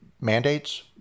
mandates